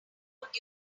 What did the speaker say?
would